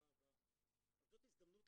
ועדת זכויות הילד.